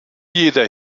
jeder